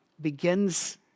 Begins